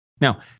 Now